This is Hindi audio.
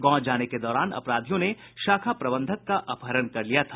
गांव जाने के दौरान अपराधियों ने शाखा प्रबंधक का अपहरण कर लिया था